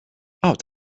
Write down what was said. out